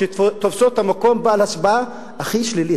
שתופסות את המקום בעל ההשפעה הכי שלילית.